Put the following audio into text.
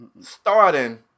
starting –